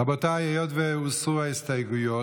רבותיי, היות שהוסרו ההסתייגויות,